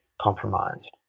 compromised